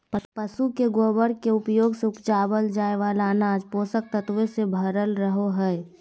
पशु के गोबर के उपयोग से उपजावल जाय वाला अनाज पोषक तत्वों से भरल रहो हय